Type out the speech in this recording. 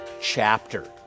chapter